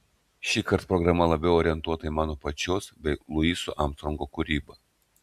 šįkart programa labiau orientuota į mano pačios bei luiso armstrongo kūrybą